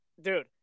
dude